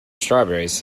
strawberries